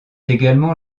également